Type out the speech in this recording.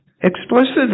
explicitly